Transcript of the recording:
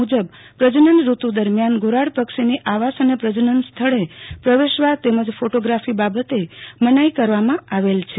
એ મુજબ પ્રજનન ઋતુ દરમ્યાાન ધોરાડ પક્ષીની આવાસ અને પ્રજનન સ્થળ પ્રવેશવા તેમજ ફોટોગ્રાફી બાબતે મનાઈ કરવામાં આવેલ છે